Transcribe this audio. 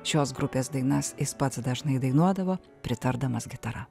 šios grupės dainas jis pats dažnai dainuodavo pritardamas gitara